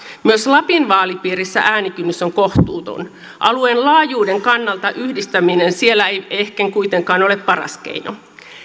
myös lapin vaalipiirissä äänikynnys on kohtuuton alueen laajuuden kannalta yhdistäminen siellä ei ehkä kuitenkaan ole paras keino